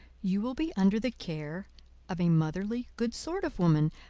you will be under the care of a motherly good sort of woman,